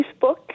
Facebook